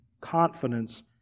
confidence